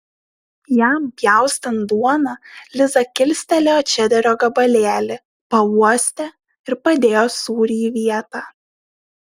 jam pjaustant duoną liza kilstelėjo čederio gabalėlį pauostė ir padėjo sūrį į vietą